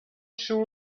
sure